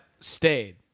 stayed